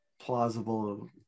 plausible